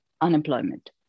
unemployment